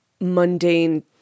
mundane